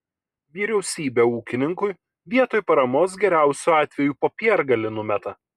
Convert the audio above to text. vyriausybė ūkininkui vietoj paramos geriausiu atveju popiergalį numeta